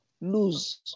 lose